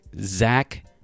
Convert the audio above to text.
Zach